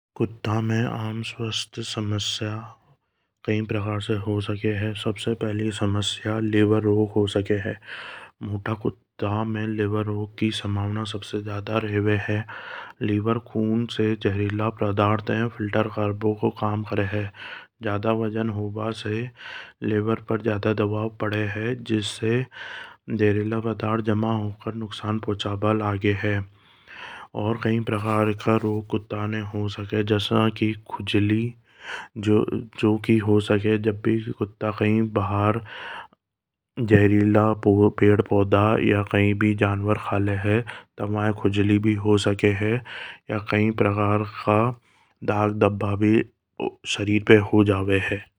कुत्ता में आम स्वास्थ्य बीमारियां होवे है। मोटा कुत्ता में लिवर रोग की संभावना सबसे ज्यादा रेवे है। लिवर खून से जहरीले पदार्थ को फिल्टर काबू का काम करे है। ज्यादा वजन होवा से लिवर पर दबाव पड़े है, जिससे जहरीला पदार्थ जमा होकर नुकसान पहुंचावें है। और भी कई प्रकार का रोग कुत्ता ने हो सके है। जैसा कि खुजली जो कि ही सके जब भी कुत्ता खी बाहर पैड पौधा या जानवर खा ले तब वा ने खुजली हो सके है या कई प्रकार का दाग धब्बा भी हो सके है।